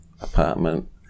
apartment